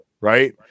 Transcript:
Right